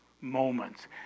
moments